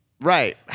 Right